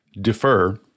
defer